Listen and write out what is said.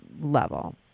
level